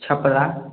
Chhapra